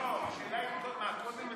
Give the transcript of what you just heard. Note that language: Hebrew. קודם מציגים?